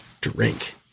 drink